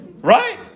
Right